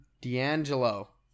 D'Angelo